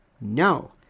No